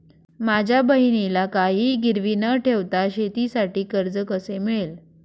माझ्या बहिणीला काहिही गिरवी न ठेवता शेतीसाठी कर्ज कसे मिळेल?